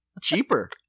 Cheaper